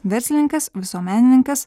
verslininkas visuomenininkas